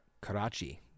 Karachi